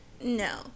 No